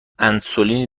انسولین